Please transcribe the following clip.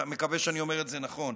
אני מקווה שאני אומר את זה נכון,